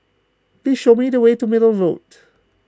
please show me the way to Middle Road